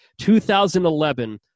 2011